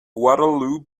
waterloo